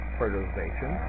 fertilization